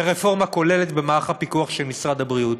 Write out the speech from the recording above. ורפורמה כוללת במערך הפיקוח של משרד הבריאות.